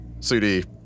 Sudi